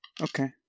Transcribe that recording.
Okay